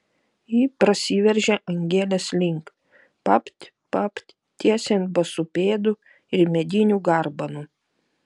ji prasiveržia angelės link papt papt tiesiai ant basų pėdų ir medinių garbanų